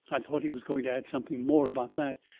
i thought he was going to add something more about that,